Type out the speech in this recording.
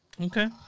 Okay